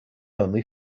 only